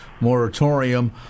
moratorium